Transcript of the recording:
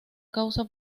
causa